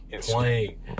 playing